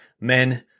men